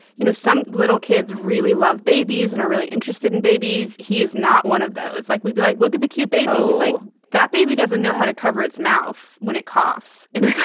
you know, some little kids really love babies and are really interested in babies. he is not one of those. like, we be like, look at the cute baby thing. that baby doesn't know how to cover its mouth when it coughs in.